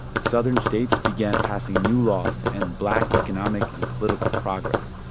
southern states began passing new laws to end black economic and political progress.